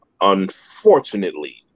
Unfortunately